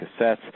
cassettes –